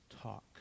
talk